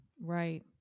Right